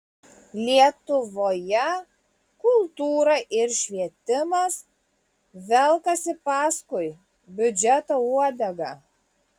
lietuvoje kultūra ir švietimas velkasi paskui biudžeto uodegą